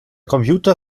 computer